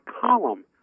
column